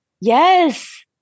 Yes